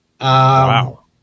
Wow